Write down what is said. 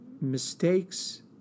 mistakes